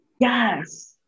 Yes